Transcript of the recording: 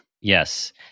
Yes